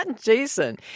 Jason